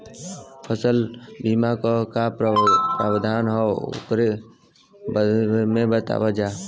फसल बीमा क का प्रावधान हैं वोकरे बारे में बतावल जा?